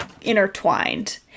intertwined